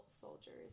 soldiers